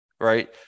right